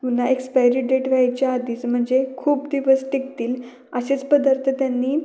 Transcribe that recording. पुन्हा expiry date व्हायच्या आधीच म्हणजे खूप दिवस टिकतील असेच पदार्थ त्यांनी